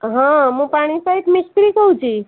ହଁ ମୁଁ ପାଣି ପାଇପ୍ ମିସ୍ତ୍ରୀ କହୁଛି